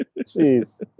Jeez